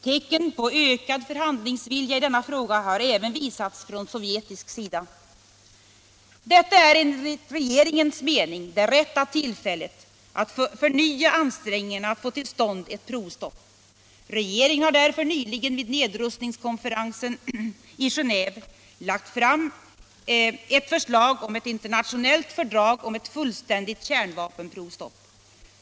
Tecken på ökad förhandlingsvilja i denna fråga har även visats från sovjetisk sida. Detta är enligt regeringens mening det rätta tillfället att förnya ansträngningarna att få till stånd ett provstopp. Regeringen har därför nyligen vid nedrustningskonferensen i Genéve lagt fram förslag om ett internationellt fördrag om ett fullständigt kärnvapenprovstopp.